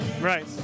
right